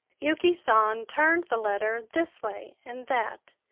yuki san turned the letter this way and that,